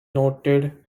noted